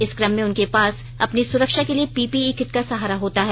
इस क्रम में उनके पास अपनी सुरक्षा के लिए पीपीई किट का सहारा होता है